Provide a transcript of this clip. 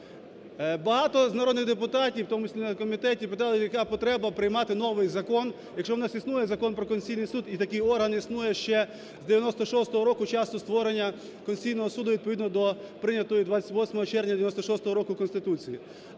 Багато з народних депутатів, в тому числі на комітеті, питали, яка потреба приймати новий закон, якщо у нас існує Закон про Конституційний Суд, і такий орган існує ще з 1996 року, з часу створення Конституційного Суду відповідно до прийнятої 28 червня 1996 року Конституції.